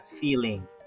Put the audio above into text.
feeling